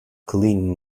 clean